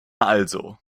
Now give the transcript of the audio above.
also